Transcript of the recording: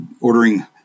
ordering